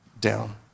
down